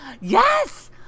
Yes